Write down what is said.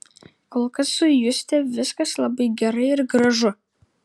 kol kas su juste viskas labai gerai ir gražu